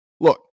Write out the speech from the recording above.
Look